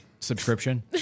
subscription